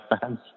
fans